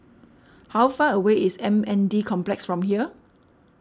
how far away is M N D Complex from here